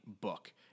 book